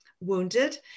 wounded